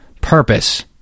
purpose